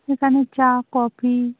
এখানে চা কফি